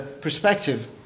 perspective